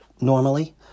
normally